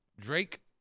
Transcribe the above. Drake